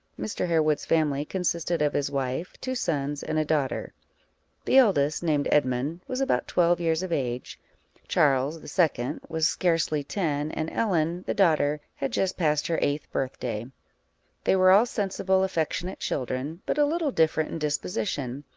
mr. harewood's family consisted of his wife, two sons, and a daughter the eldest, named edmund, was about twelve years of age charles, the second, was scarcely ten and ellen, the daughter, had just passed her eighth birthday they were all sensible, affectionate children, but a little different in disposition,